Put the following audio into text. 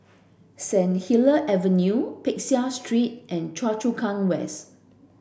Saint Helier's Avenue Peck Seah Street and Choa Chu Kang West